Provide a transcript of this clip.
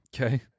Okay